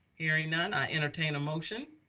hearing none i'll entertain a motion.